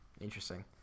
interesting